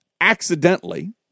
accidentally